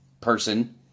person